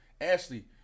Ashley